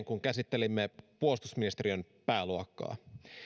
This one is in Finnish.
kun käsittelimme puolustusministeriön pääluokkaa